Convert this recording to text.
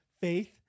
faith